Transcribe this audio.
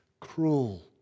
cruel